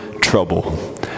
trouble